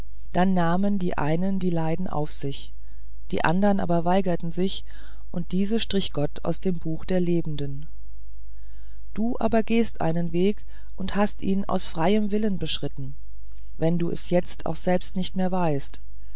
da nahmen die einen die leiden auf sich die anderen aber weigerten sich und diese strich gott aus dem buche der lebenden du aber gehst einen weg und hast ihn aus freiem willen beschritten wenn du es jetzt auch selbst nicht mehr weißt